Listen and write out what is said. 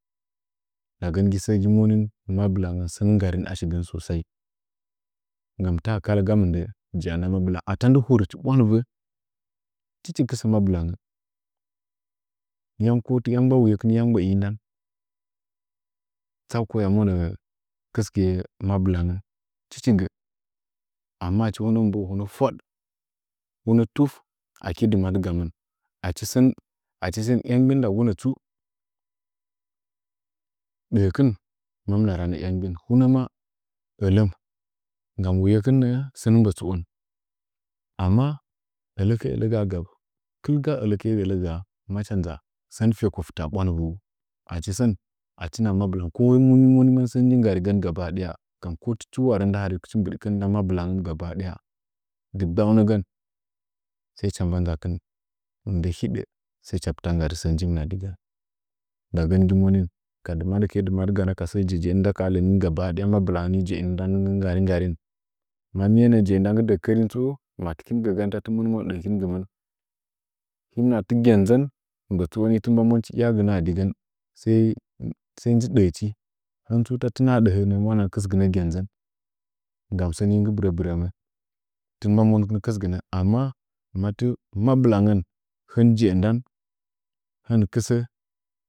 Ndagən nji səə monin mabɨlangən sən nggarin ashigən susai nggam tada ga mɨndən jaaga mabɨlangən, ata ndɨ hochi ɓwandiwə tichi kɨsə mabɨlangə yam tɨ yammagba wuyekin maa yam mbgbəi ndan, saku hiya monə kɨsɨgɨye mabɨkangən tichi gə amma a hunə mɨ mboə gwad ko hun tuf aki dɨmadgaɨn achi sən yammgbin ndagunə tsu, dəkin mamina rana yammgbɨn, hunə maa wule wuyekin nəə sən mbətsuon, amma ələkɨə ələgaa tundaa ələkɨə ələgaa macha nʒa sən fəko fɨtə a ɓwandinəgu achi sən achi ma mabilangə ko mun nji nggarigən, gaba daya, nggam ko munu ichi worən nda mabitangən gabadaya dɨgbaarnəgən mɨndə sau hicha pita nggarigən sə njimirn’adɨgən ndagə nɨmonin dɨmadɨkin gaba da shiye jejeinə nda kaha lənin gabadaya mabilangə jeinə ndan nggɨ nggari nggarin mamiye jeu nda nggɨ dəkərim tsu, matikin gɨ gau ta timɨn monə dəhəkin gɨmɨn him nahadi gənnʒan mbətsuo ta tɨn monə yaagməə digən sai nji dəəchi hintsu ta tɨna dɨchi, yam mwana kɨsginə gənnʒən nggam sən nggi brə birəmən, tin mba moukin kisginə amma mabilangən hɨn je’ə ndan hin mɨkɨsə, koti kɨrədigən a həənə njichi dən kaha dɨkan nə atona mbu mɨ ʒa gatə.